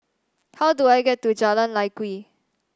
how do I get to Jalan Lye Kwee